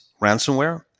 ransomware